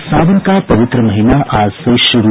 और सावन का पवित्र महीना आज से शुरू